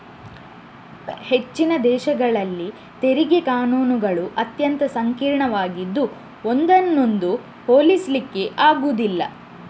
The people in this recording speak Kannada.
ಹೆಚ್ಚಿನ ದೇಶಗಳಲ್ಲಿನ ತೆರಿಗೆ ಕಾನೂನುಗಳು ಅತ್ಯಂತ ಸಂಕೀರ್ಣವಾಗಿದ್ದು ಒಂದನ್ನೊಂದು ಹೋಲಿಸ್ಲಿಕ್ಕೆ ಆಗುದಿಲ್ಲ